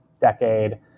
decade